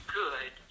good